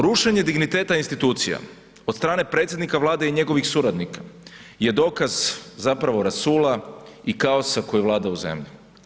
Rušenje digniteta institucija od strane predsjednika Vlade i njegovih suradnika je dokaz rasula i kaosa koji vlada u zemlji.